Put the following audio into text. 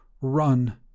run